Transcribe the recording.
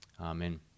Amen